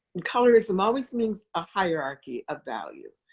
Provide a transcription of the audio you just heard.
and colorism always means a hierarchy of value.